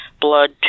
blood